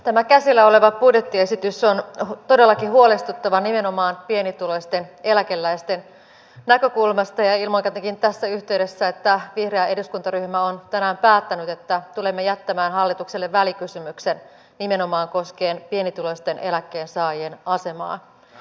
tämä käsillä oleva budjettiesitys on todellakin huolestuttava nimenomaan pienituloisten eläkeläisten näkökulmasta ja ilmoitankin tässä yhteydessä että vihreä eduskuntaryhmä on tänään päättänyt että tulemme jättämään hallitukselle välikysymyksen koskien nimenomaan pienituloisten eläkkeensaajien asemaa